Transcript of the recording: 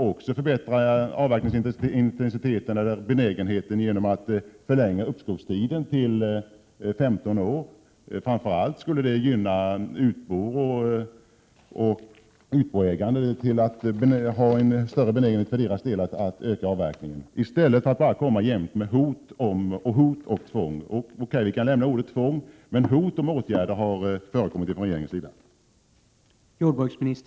Benägenheten att avverka skulle förbättras om uppskovstiden förlängdes till 15 år. Framför allt skulle detta gynna utboägares benägenhet att öka avverkningen. Det vore bättre än att bara komma med hot och tvång. Okej, vi kan lämna ordet tvång, men hot om åtgärder har förekommit från regeringens sida.